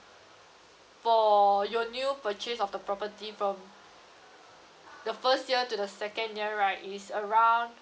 your new purchase of the property from the first year to the second year right is around